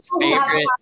favorite